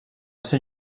ser